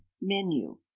Menu